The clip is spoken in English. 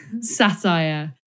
satire